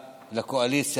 לקואליציה,